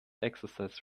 exercise